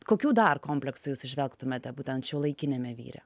kokių dar kompleksų jūs įžvelgtumėte būtent šiuolaikiniame vyre